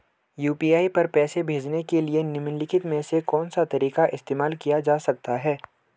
UPI पर पैसे भेजने के लिए निम्नलिखित में से कौन सा तरीका इस्तेमाल किया जा सकता है?